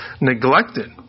neglected